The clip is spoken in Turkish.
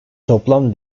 toplam